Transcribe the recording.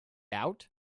out